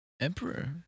Emperor